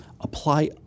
apply